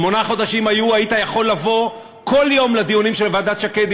שמונה חודשים היית יכול לבוא כל יום לדיונים של ועדת שקד,